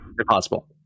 impossible